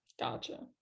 Gotcha